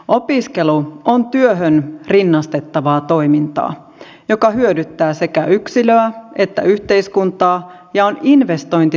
opiskelu on työhön rinnastettavaa toimintaa joka hyödyttää sekä yksilöä että yhteiskuntaa ja on investointi tulevaisuuteen